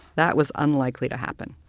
that was unlikely to happen.